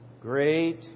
Great